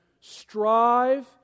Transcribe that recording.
strive